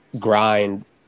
grind